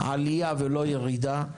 עלייה ולא ירידה?